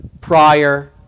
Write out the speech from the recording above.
prior